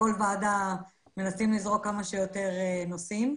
בכל ועדה מנסים לזרוק כמה שיותר נושאים.